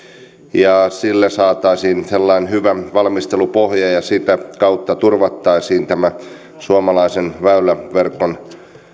ja sille saataisiin sellainen hyvä valmistelupohja ja sitä kautta turvattaisiin tämä suomalaisen väyläverkon